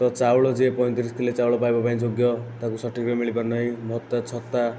ତ ଚାଉଳ ଯିଏ ପଇଁତିରିଶ କିଲୋ ଚାଉଳ ପାଇବା ପାଇଁ ଯୋଗ୍ୟ ତାକୁ ସଠିକରେ ମିଳିପାରୁ ନାହିଁ ଭତ୍ତା ଛତା